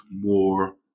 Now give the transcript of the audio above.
more